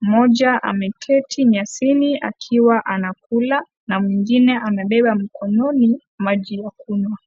Mmoja ameketi nyasini akiwa anakula, na mwingine amebeba mkononi maji ya kunywa.